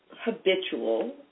habitual